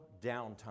downtime